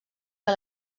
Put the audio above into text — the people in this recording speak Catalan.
que